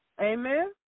Amen